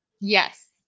Yes